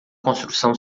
construção